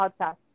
podcast